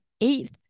eighth